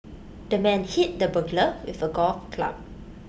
the man hit the burglar with A golf club